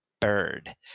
bird